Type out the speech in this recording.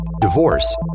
divorce